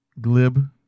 Glib